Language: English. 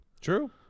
True